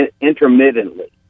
intermittently